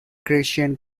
christian